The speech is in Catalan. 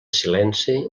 silenci